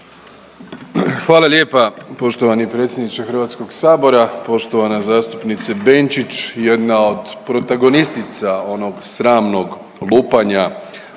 Hvala lijepa poštovani predsjedniče Hrvatskog sabora. Poštovana zastupnice Benčić jedna od protagonistica onog sramnog lupanja,